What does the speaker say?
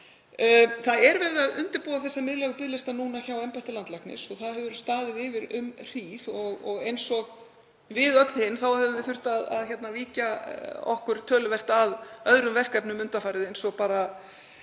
Það er verið að undirbúa þessa miðlægu biðlista núna hjá embætti landlæknis og það hefur staðið yfir um hríð. Við höfum öll þurft að víkja okkur töluvert að öðrum verkefnum undanfarið eins og